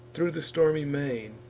thro' the stormy main,